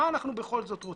מה אנחנו בכל זאת רוצים?